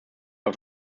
auf